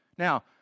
Now